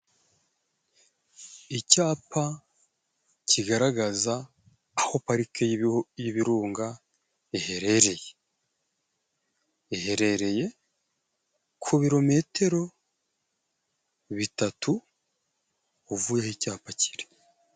Icyapa kigaragaza aho parike y'ibirunga iherereye, iherereye ku birometero bitatu uvuye aho icyapa kiri.